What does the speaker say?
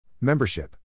Membership